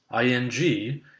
ING